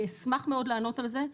אני אשמח מאוד לענות על זה.